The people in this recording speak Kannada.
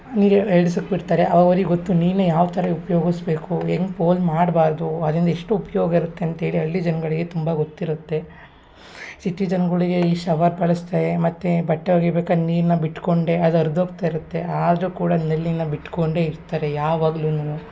ನೀರು ಎರಡು ದಿಸಕ್ಕೆ ಬಿಡ್ತಾರೆ ಅವ್ರಿಗೆ ಗೊತ್ತು ನೀರನ್ನ ಯಾವ ಥರ ಉಪ್ಯೋಗಿಸ್ಬೇಕು ಹೆಂಗ್ ಪೋಲು ಮಾಡಬಾರ್ದು ಅದ್ರಿಂದ ಎಷ್ಟು ಉಪಯೋಗ ಇರತ್ತೆ ಅಂತ್ಹೇಳಿ ಹಳ್ಳಿ ಜನಗಳಿಗೆ ತುಂಬ ಗೊತ್ತಿರುತ್ತೆ ಸಿಟಿ ಜನ್ಗಳಿಗೆ ಈ ಶವರ್ ಬಳಸ್ತಾರೆ ಮತ್ತು ಬಟ್ಟೆ ಒಗಿಬೇಕಾರೆ ನೀರನ್ನ ಬಿಟ್ಟುಕೊಂಡೇ ಅದು ಅರ್ಧ ಹೋಗ್ತಿರತ್ತೆ ಆದರೂ ಕೂಡ ನಳ್ಳಿನ ಬಿಟ್ಟುಕೊಂಡೇ ಇರ್ತಾರೆ ಯಾವಾಗ್ಲುನು